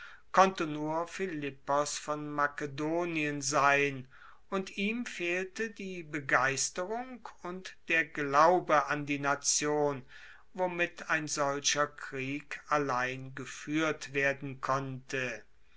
konnte nur philippos von makedonien sein und ihm fehlte die begeisterung und der glaube an die nation womit ein solcher krieg allein gefuehrt werden konnte